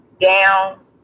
down